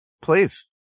Please